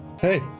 Hey